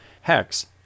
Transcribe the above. Hex